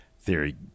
Theory